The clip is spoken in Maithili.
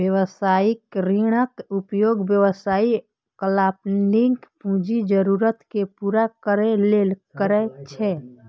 व्यावसायिक ऋणक उपयोग व्यवसायी अल्पकालिक पूंजी जरूरत कें पूरा करै लेल करै छै